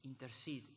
intercede